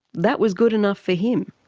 that was good enough for him.